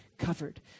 covered